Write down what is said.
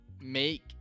make